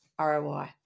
ROI